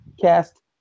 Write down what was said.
cast